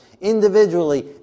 Individually